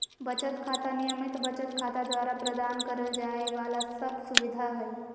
बचत खाता, नियमित बचत खाता द्वारा प्रदान करल जाइ वाला सब सुविधा हइ